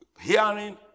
Hearing